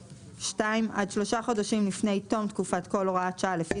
(2) עד שלושה חודשים לפני תום תקופת כל הוראת שעה לפי